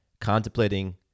contemplating